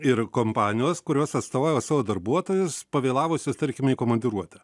ir kompanijos kurios atstovauja savo darbuotojus pavėlavusius tarkime į komandiruotę